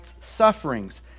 sufferings